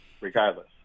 regardless